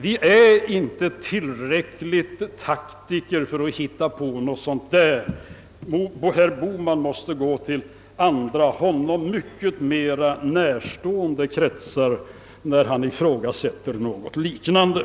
Vi är inte tillräckligt stora taktiker för att hitta på någonting sådant. Herr Bohman måste gå till andra, honom mycket mera närstående kretsar när han ifrågasätter något liknande.